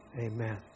Amen